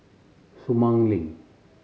Sumang Link